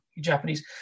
Japanese